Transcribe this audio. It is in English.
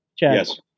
Yes